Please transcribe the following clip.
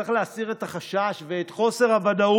צריך להסיר את החשש ואת חוסר הוודאות